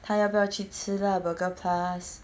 他要不要去吃 lah burger plus